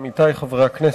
עמיתי חברי הכנסת,